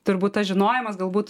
turbūt tas žinojimas galbūt